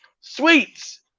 sweets